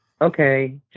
Okay